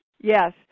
yes